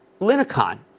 Linicon